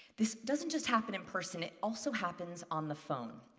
this doesn't just happen in person, it also happens on the phone.